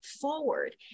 forward